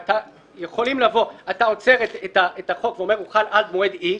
אתה עוצר את החוק ואומר: הוא חל עד מועד איקס.